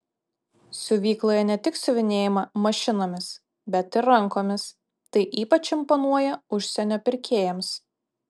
siuvykloje ne tik siuvinėjama mašinomis bet ir rankomis tai ypač imponuoja užsienio pirkėjams